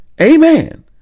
Amen